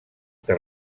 que